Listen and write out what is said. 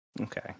Okay